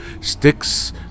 Sticks